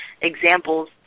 examples